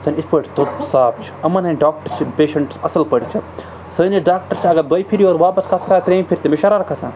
یِتھ پٲٹھۍ توٚت صاف چھُ یِمَن ہٕنٛدۍ ڈاکٹر چھِ پیشَنٹٕس اَصٕل پٲٹھۍ وٕچھان سٲنِس ڈاکٹر چھِ اگر دۄیہِ پھِرِ یور واپَس کَتھ کَر ترٛیٚیِم پھِرِ تٔمِس شَرار کھَسان